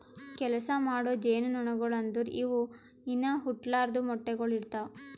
ಕೆಲಸ ಮಾಡೋ ಜೇನುನೊಣಗೊಳು ಅಂದುರ್ ಇವು ಇನಾ ಹುಟ್ಲಾರ್ದು ಮೊಟ್ಟೆಗೊಳ್ ಇಡ್ತಾವ್